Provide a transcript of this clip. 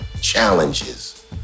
challenges